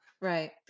Right